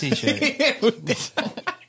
T-shirt